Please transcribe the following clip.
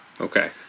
okay